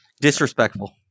Disrespectful